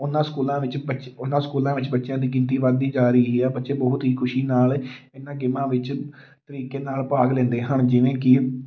ਉਹਨਾਂ ਸਕੂਲਾਂ ਵਿੱਚ ਬੱਚ ਉਹਨਾਂ ਸਕੂਲਾਂ ਵਿੱਚ ਬੱਚਿਆਂ ਦੀ ਗਿਣਤੀ ਵਧਦੀ ਜਾ ਰਹੀ ਹੈ ਬੱਚੇ ਬਹੁਤ ਹੀ ਖੁਸ਼ੀ ਨਾਲ ਇਹਨਾਂ ਟੀਮਾਂ ਵਿੱਚ ਤਰੀਕੇ ਨਾਲ ਭਾਗ ਲੈਂਦੇ ਹਨ ਜਿਵੇਂ ਕਿ